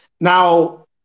now